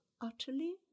utterly